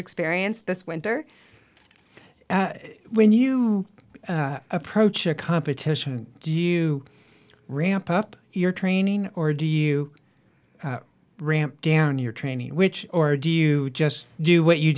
experienced this winter when you approach a competition do you react up your training or do you ramp down your training which or do you just do what you